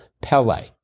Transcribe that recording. Pele